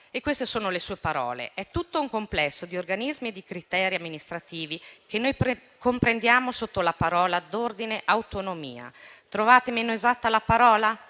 faceste vostra: è «tutto un complesso di organismi e di criteri amministrativi che noi comprendiamo sotto la parola d'ordine "autonomia". Trovate forse meno esatta la parola?